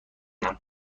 کنم